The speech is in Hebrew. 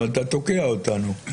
אבל אתה תוקע אותנו.